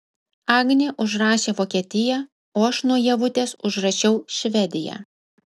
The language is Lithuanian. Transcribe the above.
agnė užrašė vokietiją o aš nuo ievutės užrašiau švediją